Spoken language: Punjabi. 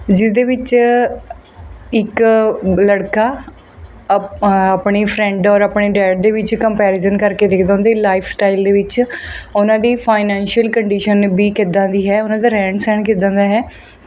ਜਿਸ ਦੇ ਵਿੱਚ ਇੱਕ ਲੜਕਾ ਅੱਪ ਆਪਣੀ ਫ੍ਰੈਂਡ ਔਰ ਆਪਣੇ ਡੈਡ ਦੇ ਵਿੱਚ ਕੰਮਪੈਰੀਜ਼ਨ ਕਰਕੇ ਦੇਖਦਾ ਉਨ੍ਹਾਂ ਦੇ ਲਾਈਫ਼ ਸਟਾਈਲ ਦੇ ਵਿੱਚ ਉਹਨਾਂ ਦੀ ਫਾਈਨੈਂਸ਼ਲ ਕੰਡੀਸ਼ਨ ਵੀ ਕਿੱਦਾਂ ਦੀ ਹੈ ਉਹਨਾਂ ਦਾ ਰਹਿਣ ਸਹਿਣ ਕਿੱਦਾਂ ਦਾ ਹੈ